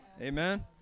Amen